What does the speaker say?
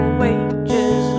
wages